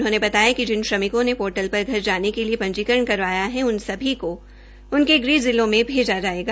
उन्होंने बताया कि जिन श्रमिकों ने पोर्टल पर घर जाने के लिए पंजीकरण करवाया है उन सभी को उनके गृह जिलों में भेजा जायेगा